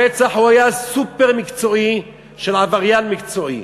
הרצח היה סופר-מקצועי, של עבריין מקצועי.